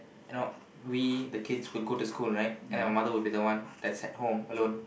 you know we the kids we'd go to school right and our mother would be the one that's at home alone